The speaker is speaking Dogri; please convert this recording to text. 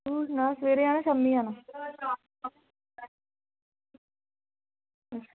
तू सना सवेरे जाना शाम्मी जाना